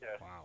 Wow